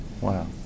Wow